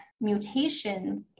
mutations